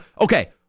Okay